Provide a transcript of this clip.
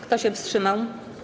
Kto się wstrzymał?